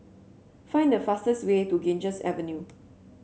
find the fastest way to Ganges Avenue